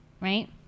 right